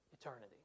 eternity